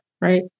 right